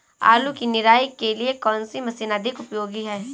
आलू की निराई के लिए कौन सी मशीन अधिक उपयोगी है?